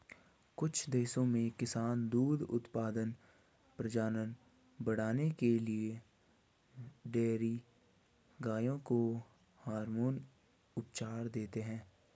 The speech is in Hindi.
कुछ देशों में किसान दूध उत्पादन, प्रजनन बढ़ाने के लिए डेयरी गायों को हार्मोन उपचार देते हैं